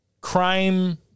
crime